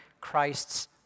Christ's